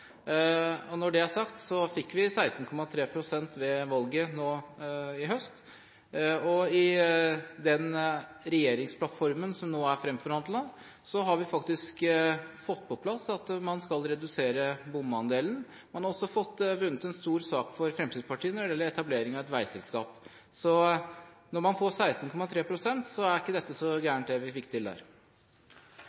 Når det er sagt, fikk vi 16,3 pst. ved valget nå i høst, og i den regjeringsplattformen som er framforhandlet, har vi faktisk fått på plass at man skal redusere bomandelen. Man har også vunnet en stor sak for Fremskrittspartiet når det gjelder etablering av et veiselskap. Så når man får 16,3 pst., er det ikke så